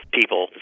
people